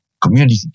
community